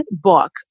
book